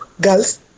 girls